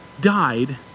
died